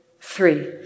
three